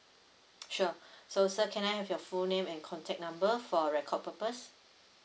sure so sir can I have your full name and contact number for record purpose